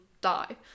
die